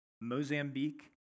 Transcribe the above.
Mozambique